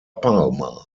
palma